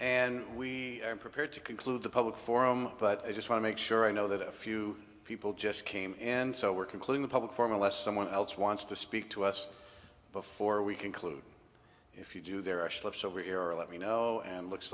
and we are prepared to conclude the public forum but i just wanna make sure i know that a few people just came and so we're completing the public form unless someone else wants to speak to us before we conclude if you do there are slips over here or let me know and looks